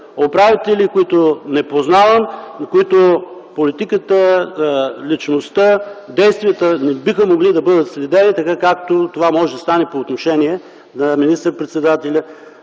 управители, които не познавам, за които политиката, личността, действията не биха могли да бъдат следени така, както това може да стане по отношение на министър-председателя,